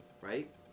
Right